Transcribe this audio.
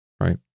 right